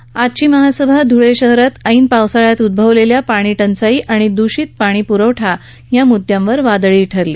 दरम्यान आजची महासभा ध्रळे शहरात ऐन पावसाळ्यात उद्भवलेल्या पाणी टंचाई आणि दृषीत पाणी प्रवठ्याच्या मुद्दयावर वादळी ठरली